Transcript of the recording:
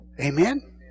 Amen